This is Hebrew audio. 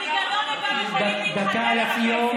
בפיקדון הם לא יכולים להתחתן או לפתוח עסק.